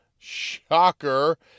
shocker